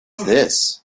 this